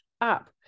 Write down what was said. up